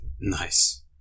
Nice